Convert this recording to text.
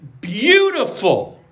Beautiful